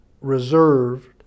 reserved